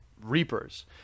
Reapers